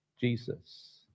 Jesus